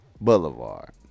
Boulevard